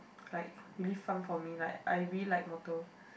like really fun for me like I really like motor